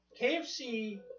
KFC